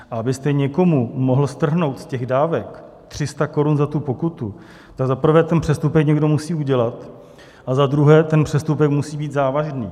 A abyste někomu mohl strhnout z těch dávek 300 korun za tu pokutu, tak za prvé ten přestupek někdo musí udělat a za druhé ten přestupek musí být závažný.